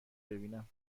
ببینم